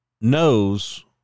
knows